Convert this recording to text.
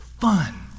fun